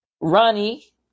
Ronnie